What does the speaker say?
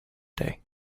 day